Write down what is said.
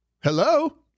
Hello